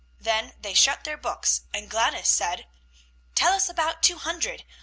than they shut their books, and gladys said tell us about two hundred?